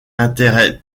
intérêt